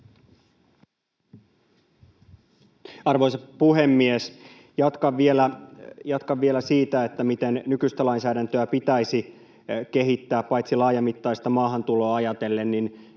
Arvoisa puhemies! Jatkan vielä siitä, miten nykyistä lainsäädäntöä pitäisi kehittää paitsi laajamittaista maahantuloa myös itse